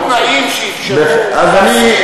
היו תנאים שאפשרו, אז אני,